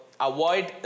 avoid